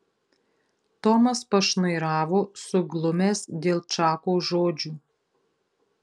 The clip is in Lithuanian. tomas pašnairavo suglumęs dėl čako žodžių